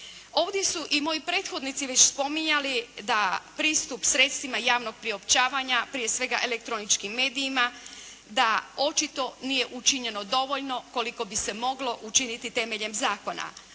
Ovdje su i moji prethodnici već spominjali da pristup sredstvima javnog priopćavanja, prije svega elektroničkim medijima da očito nje učinjeno dovoljno koliko bi se moglo učiniti temeljem zakona.